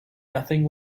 nothing